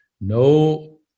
no